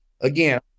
again